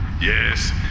Yes